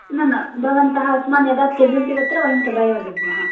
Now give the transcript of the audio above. न न भवन्तः अस्मान् यदा त्यजन्ति तत्र वयं तदा एव दद्मः